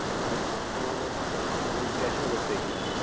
تو آپ کو پھر کیسی مدد چاہیے یہاں سے